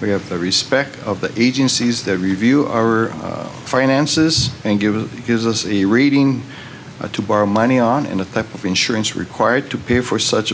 we have the respect of the agencies that review our finances and give it gives us a reading to borrow money on and a type of insurance required to pay for such